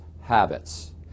habits